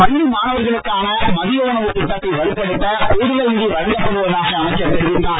பள்ளி மாணவர்களுக்கான மதிய உணவுத் திட்டத்தை வலுப்படுத்த கூடுதல் நிதி வழங்கப்படுவதாக அமைச்சர் தெரிவித்தார்